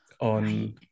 on